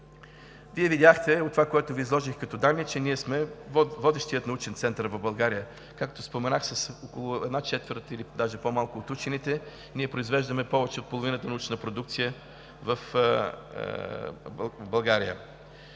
Вие видяхте от това, което изложих като данни, че ние сме водещият научен център в България. Както споменах, с около една четвърт или даже с по-малко от учените ние произвеждаме повече от половината научна продукция в България.